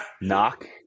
knock